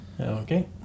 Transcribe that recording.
Okay